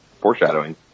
foreshadowing